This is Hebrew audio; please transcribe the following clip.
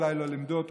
אולי לא לימדו אותו